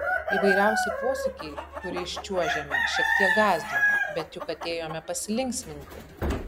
įvairiausi posūkiai kuriais čiuožėme šiek tiek gąsdino bet juk atėjome pasilinksminti